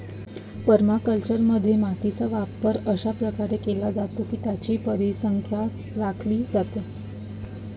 परमाकल्चरमध्ये, मातीचा वापर अशा प्रकारे केला जातो की त्याची परिसंस्था राखली जाते